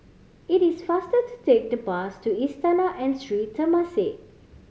it is faster to take the bus to Istana and Sri Temasek